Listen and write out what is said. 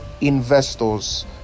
investors